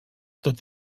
tot